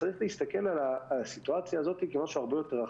צריך להסתכל על הסיטואציה הזאת כמשהו הרבה יותר רחב.